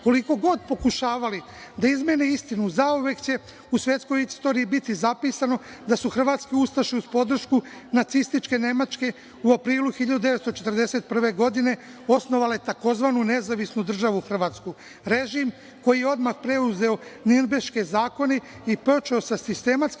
god pokušavali da izmene istinu, zauvek će u svetskoj istoriji biti zapisano da su hrvatske ustaše uz podršku nacističke Nemačke u aprilu 1941. godine osnovale tzv. Nezavisnu državu Hrvatsku, režim koji je odmah preduzeo Nirnberške zakone i počeo sa sistematskim